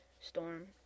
storm